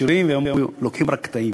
והיו לוקחים רק קטעים.